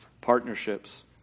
partnerships